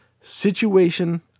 situation